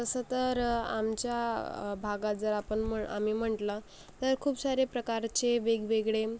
तसं तर आमच्या भागात जर आपण आम्ही म्हटलं तर खूप सारे प्रकारचे वेगवेगळे